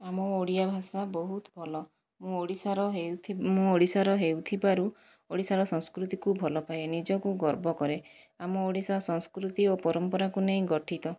ଆମ ଓଡ଼ିଆ ଭାଷା ବହୁତ ଭଲ ମୁଁ ଓଡ଼ିଶାର ମୁଁ ଓଡ଼ିଶାର ହୋଇଥିବାରୁ ଓଡ଼ିଶାର ସଂସ୍କୃତିକୁ ଭଲପାଏ ନିଜକୁ ଗର୍ବ କରେ ଆମ ଓଡ଼ିଶା ସଂସ୍କୃତି ଓ ପରମ୍ପରାକୁ ନେଇ ଗଠିତ